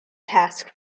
task